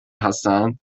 هستند